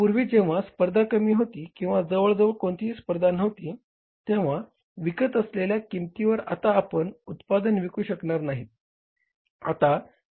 तर पूर्वी जेव्हा स्पर्धा कमी होती किंवा जवळजवळ कोणतीही स्पर्धा नव्हती तेंव्हा विकत असलेल्या किंमतीवर आता आपण उत्पादन विकू शकणार नाहीत